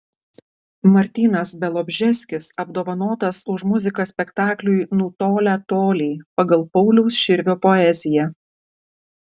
martynas bialobžeskis apdovanotas už muziką spektakliui nutolę toliai pagal pauliaus širvio poeziją